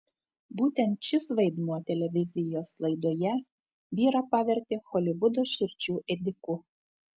būtent šis vaidmuo televizijos laidoje vyrą pavertė holivudo širdžių ėdiku